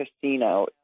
casino